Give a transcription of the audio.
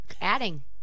Adding